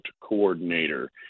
coordinator